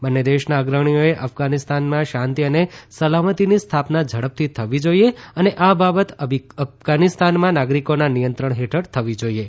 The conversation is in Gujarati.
બંને દેશના અગ્રણીઓએ અફઘાનીસ્તાનમાં શાંતી અને સલામતીની સ્થાપના ઝડપથી થવી જોઇએ અને આ બાબત અફધાનીસ્તાનમાં નાગરીકોના નિયંત્રણ હેઠળ થવી જોઇએ